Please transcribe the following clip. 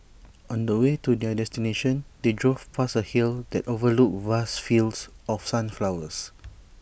on the way to their destination they drove past A hill that overlooked vast fields of sunflowers